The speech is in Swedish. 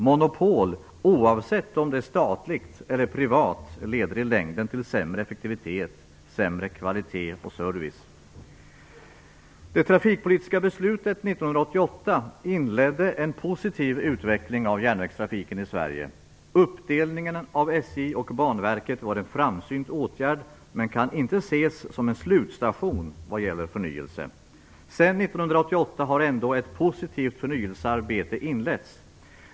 Monopol, oavsett om det är statligt eller privat, leder i längden till sämre effektivitet, sämre kvalitet och service. Det trafikpolitiska beslutet 1988 inledde en positiv utveckling av järnvägstrafiken i Sverige. Uppdelningen av SJ och Banverket var en framsynt åtgärd men kan inte ses som en slutstation vad gäller förnyelse. Sedan 1988 har ändå ett positivt förnyelsearbete inletts.